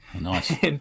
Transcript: Nice